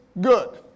good